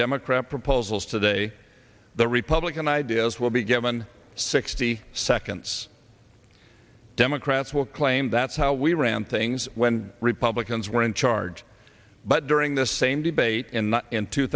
democrat proposals today the republican ideas will be given sixty seconds democrats will claim that's how we ran things when republicans were in charge but during the same debate in two